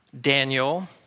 Daniel